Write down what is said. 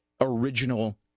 original